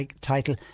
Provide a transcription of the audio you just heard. title